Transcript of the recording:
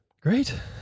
Great